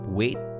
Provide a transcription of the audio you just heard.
wait